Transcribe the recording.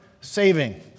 saving